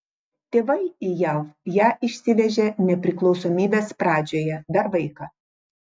tėvai į jav ją išsivežė nepriklausomybės pradžioje dar vaiką